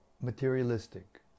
materialistic